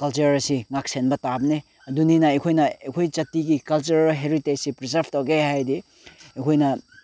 culture ꯑꯁꯤ ꯉꯥꯛ ꯁꯦꯟꯕ ꯇꯥꯕꯅꯤ ꯑꯗꯨꯅꯤꯅ ꯑꯩꯈꯣꯏꯅ ꯑꯩꯈꯣꯏ ꯖꯥꯇꯤꯒꯤ ꯀꯜꯆꯔꯦꯜ ꯍꯦꯔꯤꯇꯦꯖꯁꯤ ꯄ꯭ꯔꯤꯖꯥꯞ ꯇꯧꯒꯦ ꯍꯥꯏꯔꯗꯤ ꯑꯩꯈꯣꯏꯅ